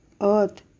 earth